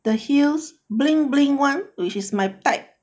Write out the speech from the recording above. the heels bling bling [one] which is my type